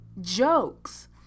jokes